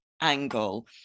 angle